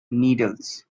needles